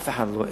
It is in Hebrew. אף אחד לא העז,